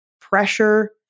pressure